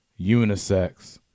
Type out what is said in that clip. unisex